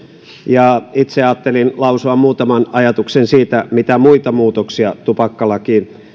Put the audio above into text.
ja itse ajattelin lausua muutaman ajatuksen siitä mitä muita muutoksia tupakkalakiin on